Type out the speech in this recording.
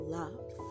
love